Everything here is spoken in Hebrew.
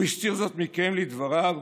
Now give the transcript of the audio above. הוא הסתיר זאת מכם, לדבריו,